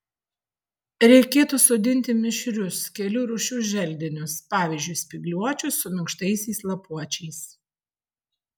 reikėtų sodinti mišrius kelių rūšių želdinius pavyzdžiui spygliuočius su minkštaisiais lapuočiais